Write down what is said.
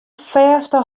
fêste